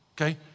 okay